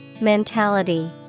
Mentality